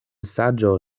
saĝo